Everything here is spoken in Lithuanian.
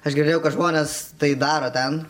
aš girdėjau kad žmonės tai daro ten